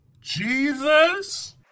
Jesus